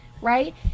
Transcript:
right